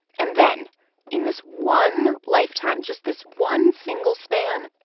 and then in this one lifetime, just this one single span,